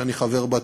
שאני חבר בה,